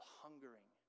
hungering